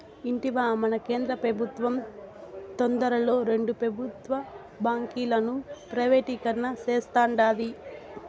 ఇంటివా, మన కేంద్ర పెబుత్వం తొందరలో రెండు పెబుత్వ బాంకీలను ప్రైవేటీకరణ సేస్తాండాది